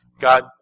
God